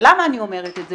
ולמה אני אומרת את זה?